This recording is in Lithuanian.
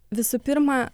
visų pirma